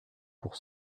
pour